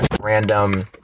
random